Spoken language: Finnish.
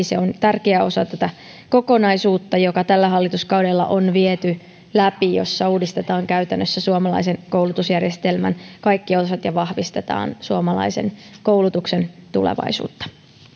se on tärkeä osa tätä kokonaisuutta joka tällä hallituskaudella on viety läpi jossa uudistetaan käytännössä suomalaisen koulutusjärjestelmän kaikki osat ja vahvistetaan suomalaisen koulutuksen tulevaisuutta